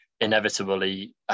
inevitably